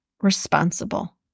responsible